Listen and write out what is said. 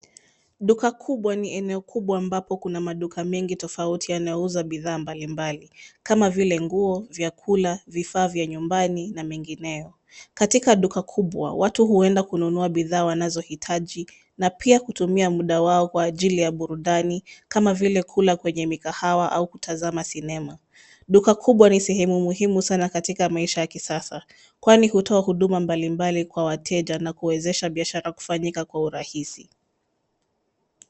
Duka kubwa ni eneo kubwa ambapo kuna maduka mengi tofauti yanayouza bidhaa mbali mbali kama vile nguo, vyakula, vifaa vya nyumbani na mengineo. Katika duka kubwa watu huenda kununua bidhaa wanazohitaji na pia kutumia muuda wao kwa ajili ya burudani kama vile kukula kwenye mikahawa au kutazama sinema. Duka kubwa ni sehemu muhimu sana katika maisha ya kisasa kwani hutoa huduma mbalimbali kwa wateja na kuwezesha biashara kufanyika kwa urahisi.